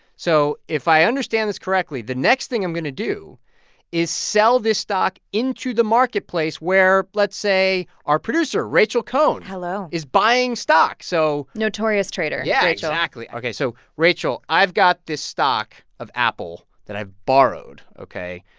so if i understand this correctly, the next thing i'm going to do is sell this stock into the marketplace, where let's say our producer rachel cohn. hello. is buying stock. so. notorious trader, rachel yeah, exactly. ok, so rachel, i've got this stock of apple that i've borrowed, ok?